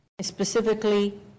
Specifically